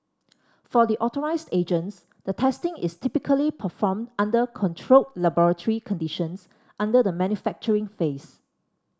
for the authorised agents the testing is typically performed under controlled laboratory conditions under the manufacturing phase